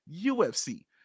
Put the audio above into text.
UFC